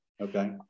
Okay